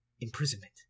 imprisonment